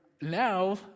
now